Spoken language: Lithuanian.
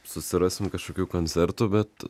susirasim kažkokių koncertų bet